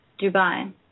Dubai